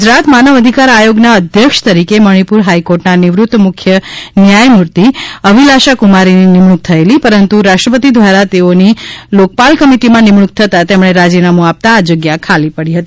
ગુજરાત માનવ અધિકાર આદ્યોગના અધ્યક્ષ તરીકે મણીપુર હાઇકોર્ટના નિવૃત્ત મુખ્ય ન્યાયમૂર્તિ અભિલાષાકુમારીની નિમણૂક થયેલી પરંતુ રાષ્ટ્રપતિ દ્વારા તેઓની લોકપાલ કમિટિમાં નિમણૂક થતાં તેમણે રાજીનામુ આપતાં આ જગ્યા ખાલી પડી હતી